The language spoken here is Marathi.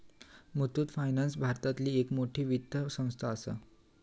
मुथ्थुट फायनान्स भारतातली एक मोठी वित्त संस्था आसा